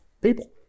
people